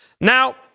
Now